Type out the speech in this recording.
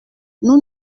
nous